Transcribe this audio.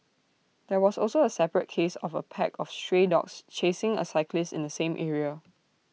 there was also A separate case of A pack of stray dogs chasing A cyclist in the same area